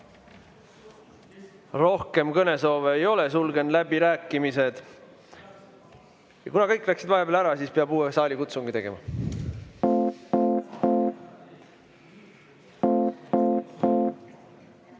Rohkem kõnesoove ei ole, sulgen läbirääkimised. Kuna kõik läksid vahepeal ära, siis peab uue saalikutsungi tegema. Head